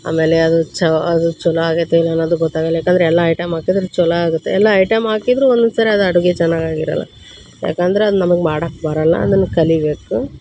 ಆಮೇಲೆ ಅದು ಛ ಅದು ಚಲೋ ಆಗೈತೋ ಇಲ್ಲ ಅನ್ನೋದು ಗೊತ್ತಾಗಲ್ಲ ಯಾಕಂದರೆ ಎಲ್ಲ ಐಟಮ್ ಹಾಕಿದ್ರು ಚಲೋ ಆಗುತ್ತೆ ಎಲ್ಲ ಐಟಮ್ ಹಾಕಿದ್ರು ಒನ್ನೊಂದು ಸರೆ ಅದು ಅಡುಗೆ ಚೆನ್ನಾಗಾಗಿರಲ್ಲ ಯಾಕಂದ್ರೆ ಅದು ನಮಗೆ ಮಾಡಕ್ಕ ಬರೋಲ್ಲ ಅದನ್ನ ಕಲಿಯಬೇಕು